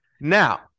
Now